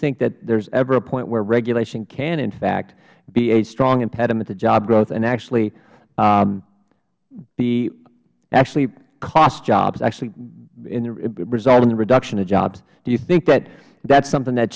think that there is ever a point where regulation can in fact be a strong impediment to job growth and actually beh actually cost jobs actually result in the reduction of jobs do you think that is something that